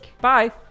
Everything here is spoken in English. Bye